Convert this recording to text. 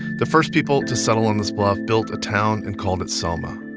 the first people to settle on this bluff built a town and called it selma.